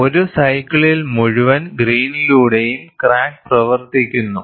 1 സൈക്കിളിൽ മുഴുവൻ ഗ്രേയ്നിലൂടെയും ക്രാക്ക് പ്രവർത്തിക്കുന്നു